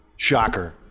shocker